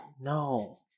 No